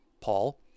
Paul